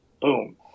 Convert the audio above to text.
Boom